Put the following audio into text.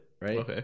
Right